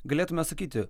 galėtumėme sakyti